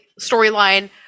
storyline